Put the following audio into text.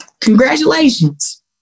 congratulations